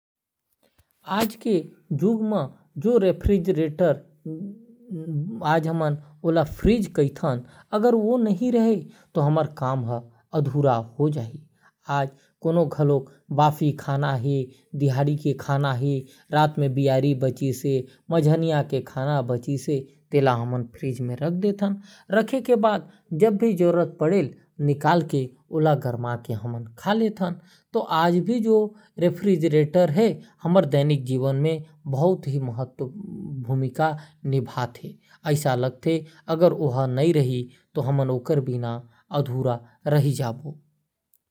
आज के युग में रेफ्रिजरेटर अगर नहीं होहे। तो हमर काम हर अधूरा रह जाए आज के समय में अगर बासी खाना है तिहाडी के खाना है तो ओला दुसर दिन गरमा के खा सकत ही। रेफ्रिजरेटर के हमर जीवन में बहुत भूमिका है।